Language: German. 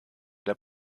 der